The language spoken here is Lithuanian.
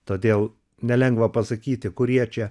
todėl nelengva pasakyti kurie čia